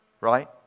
right